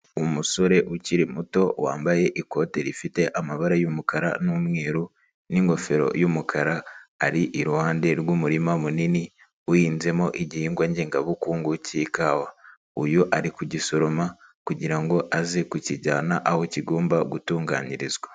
Umusore ukiri muto wambaye ikote rifite amabara y'umukara n'umweru n'ingofero y'umukara ari iruhande rw'umurima munini uhinzemo igihingwa ngengabukungu cy'ikawa, uyu ari kugisoroma kugira ngo aze kukijyana aho kigomba gutunganyirizwa.